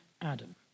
Adam